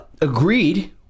agreed